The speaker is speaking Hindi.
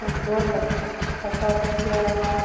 हम जोड़ लेते हैं पचास रुपया हुआ